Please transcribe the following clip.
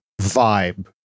vibe